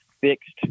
fixed